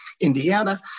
Indiana